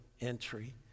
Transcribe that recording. entry